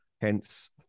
hence